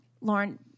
Lauren